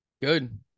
good